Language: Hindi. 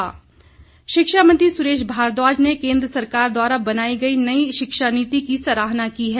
सुरेश भारद्वाज शिक्षा मंत्री सुरेश भारद्वाज ने केन्द्र सरकार द्वारा बनाई गई नई शिक्षा नीति की सराहना की है